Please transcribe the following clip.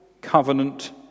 covenant